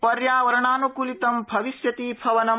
पर्यावरणानुकूलितं भविष्यति भवनम्